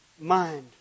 mind